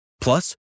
Plus